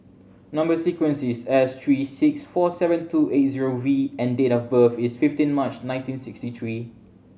number sequence is S three six four seven two eight zero V and date of birth is fifteen March nineteen sixty three